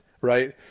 right